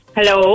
Hello